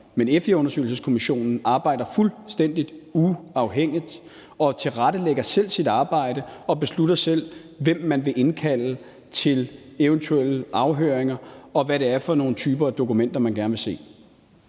Men FE-undersøgelseskommissionen arbejder fuldstændig uafhængigt og tilrettelægger selv sit arbejde og beslutter selv, hvem man vil indkalde til eventuelle afhøringer, og hvad det er for nogle typer af dokumenter, man gerne vil se.